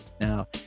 now